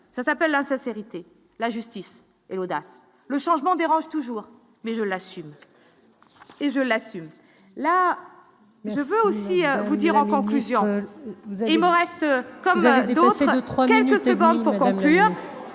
ça s'appelle la sincérité, la justice et l'audace, le changement dérange toujours, mais je l'assume et je l'assume,